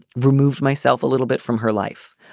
removed myself a little bit from her life.